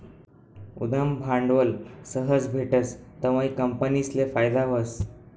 उद्यम भांडवल सहज भेटस तवंय कंपनीसले फायदा व्हस